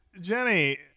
jenny